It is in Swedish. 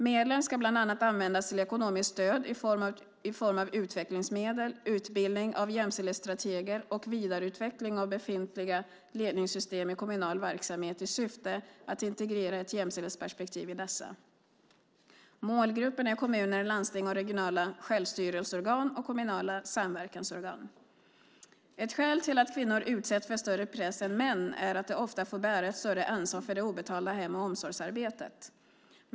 Medlen ska bland annat användas till ekonomiskt stöd i form av utvecklingsmedel, utbildning av jämställdhetsstrateger och vidareutveckling av befintliga ledningssystem i kommunal verksamhet i syfte att integrera ett jämställdhetsperspektiv i dessa. Målgruppen är kommuner, landsting, regionala självstyrelseorgan och kommunala samverkansorgan. Ett skäl till att kvinnor utsätts för större press än män är att de ofta får bära ett större ansvar för det obetalda hem och omsorgsarbetet.